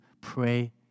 pray